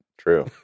true